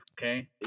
Okay